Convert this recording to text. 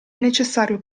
necessario